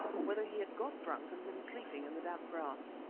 or whether he had got drunk and been sleeping in the damp grass.